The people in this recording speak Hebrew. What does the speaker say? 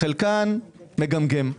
- חלקם מגמגם,